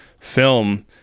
film